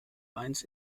eins